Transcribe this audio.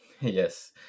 yes